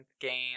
game